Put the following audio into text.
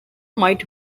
might